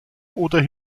oder